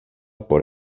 por